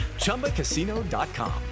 Chumbacasino.com